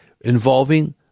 involving